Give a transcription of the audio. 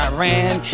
Iran